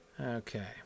okay